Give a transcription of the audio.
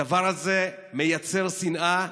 הדבר הזה מייצר שנאה,